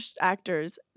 actors